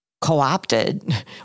co-opted